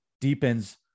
deepens